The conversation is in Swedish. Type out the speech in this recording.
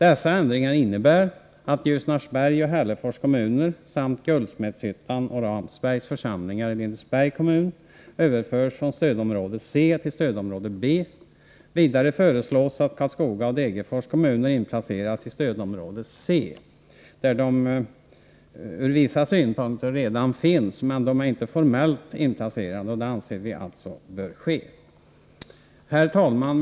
Dessa ändringar innebär att Ljusnarsbergs och Hällefors kommuner samt Guldsmedshyttans och Ramsbergs församlingar i Lindesbergs kommun överförs från stödområde C till stödområde B. Vidare föreslås att Karlskoga och Degerfors kommuner inplaceras i stödområde C, där de ur vissa synpunkter redan finns. De har inte blivit formellt inplacerade — och vi anser alltså att det bör ske. Herr talman!